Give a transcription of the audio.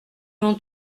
ont